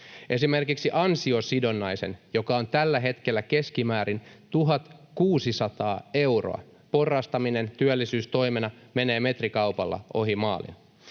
Esimerkiksi ansiosidonnaisen, joka on tällä hetkellä keskimäärin 1 600 euroa, porrastaminen työllisyystoimena menee metrikaupalla ohi maalin.